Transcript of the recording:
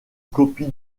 copie